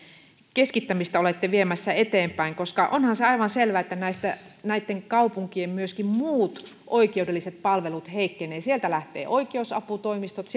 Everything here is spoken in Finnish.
keskittämistä olette viemässä eteenpäin koska onhan se aivan selvää että myöskin näitten kaupunkien muut oikeudelliset palvelut heikkenevät sieltä lähtevät oikeusaputoimistot